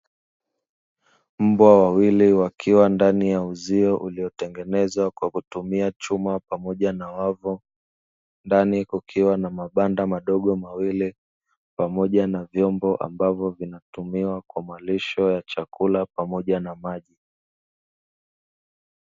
Mbwa wawili wakiwa ndani ya uzio uliotengenezwa kwa kutumia chuma pamoja na wavu, ndani kukiwa na mabanda madogo mawili, pamoja na vyombo ambavyo vinatumiwa kwa malisho ya chakula pamoja na maji.